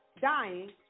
dying